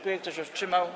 Kto się wstrzymał?